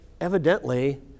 evidently